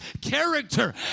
character